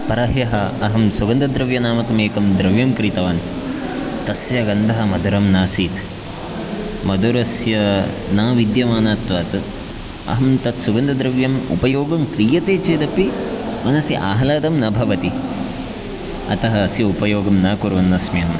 परह्यः अहं सुगन्धद्रव्यनामकम् एकं द्रव्यं क्रीतवान् तस्य गन्धः मधुरं नासीत् मधुरस्य न विद्यमानत्वात् अहं तत् सुगन्धद्रव्यम् उपयोगं क्रियते चेदपि मनसि आह्लादं न भवति अतः अस्य उपयोगं न कुर्वन्नस्मि अहम्